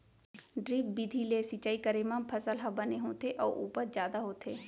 drip बिधि ले सिंचई करे म फसल ह बने होथे अउ उपज जादा होथे